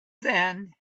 then